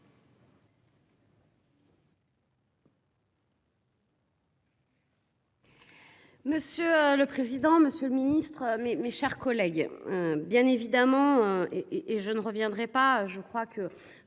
Monsieur le président, Monsieur le Ministre, mes, mes chers collègues. Bien évidemment. Et et je ne reviendrai pas, je crois que